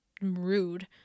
rude